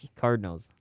Cardinals